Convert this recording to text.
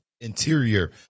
interior